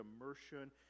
immersion